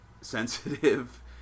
sensitive